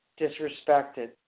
disrespected